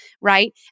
right